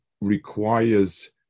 requires